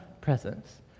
presence